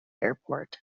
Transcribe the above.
airport